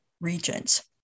regions